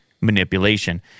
manipulation